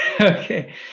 Okay